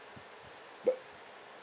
but